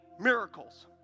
miracles